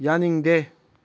ꯌꯥꯅꯤꯡꯗꯦ